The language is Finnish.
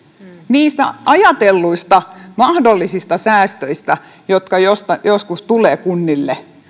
niistä ajatelluista mahdollisista säästöistä jotka joskus tulevat kunnille